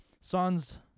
sons